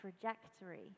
trajectory